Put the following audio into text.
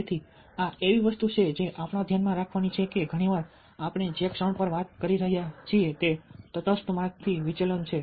તેથી આ એવી વસ્તુ છે જે આપણે ધ્યાનમાં રાખવાની છે કે ઘણી વાર આપણે જે ક્ષણ પર વાત કરી રહ્યા છીએ તે તટસ્થ માર્ગથી વિચલન છે